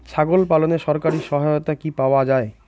ছাগল পালনে সরকারি সহায়তা কি পাওয়া যায়?